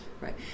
Right